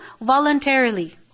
voluntarily